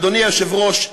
אדוני היושב-ראש,